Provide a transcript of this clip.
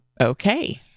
okay